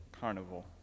carnival